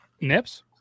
nips